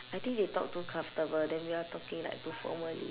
I think they talk too comfortable then we are talking like formally